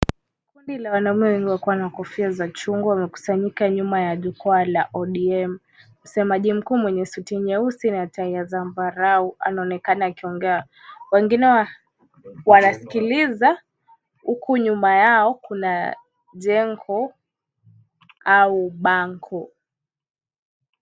Kundi la wanaume walio na kofia za chungwa wamekusanyika nyuma ya jukwaa la ODM. Msemaji mkuu mwenye suti nyeusi na tai zambarau anaonekana akiongea. Wengine wanasikiliza huku nyuma yao kuna jengo au bango.